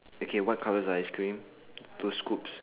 okay what colour is the ice cream two scoops